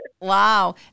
Wow